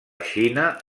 xina